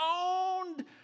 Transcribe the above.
owned